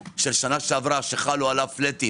הם עובדים 1 חלקי 12 של שנה שעברה שחלו עליו פלאטים,